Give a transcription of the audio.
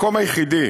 המקום היחידי